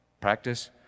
practice